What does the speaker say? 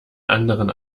anderen